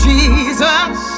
Jesus